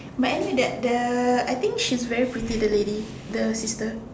but anyway that the I think she's very pretty the lady the sister